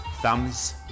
thumbs